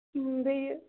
ٲں بیٚیہِ